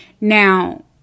Now